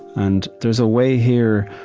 and there's a way, here,